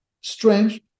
strange